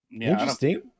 Interesting